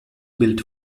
built